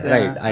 Right